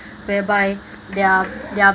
whereby there are there are